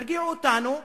תרגיעו אותנו.